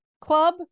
club